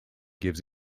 gives